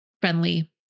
friendly